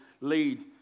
lead